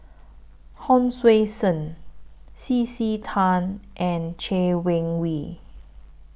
Hon Sui Sen C C Tan and Chay Weng Yew